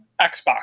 Xbox